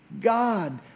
God